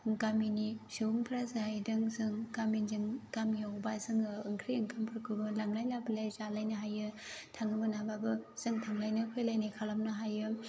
गामिनि सुबुंफ्रा जाहैदों जों गामिजों गामियावबा जोङो ओंख्रि ओंखामफोरखौबो लांलाय लाबोलाय जालायनो हायो थांनो मोनाबाबो जों थांलायनो फैलायनो खालामनो हायो